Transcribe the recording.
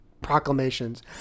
proclamations